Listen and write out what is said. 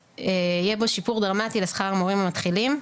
שיהיה בו שיפור דרמטי לשכר המורים המתחילים,